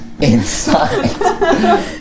Inside